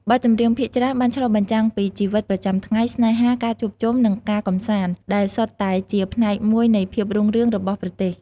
បទចម្រៀងភាគច្រើន បានឆ្លុះបញ្ចាំងពីជីវិតប្រចាំថ្ងៃ ស្នេហា ការជួបជុំ និងការកម្សាន្ត ដែលសុទ្ធតែជាផ្នែកមួយនៃភាពរុងរឿងរបស់ប្រទេស។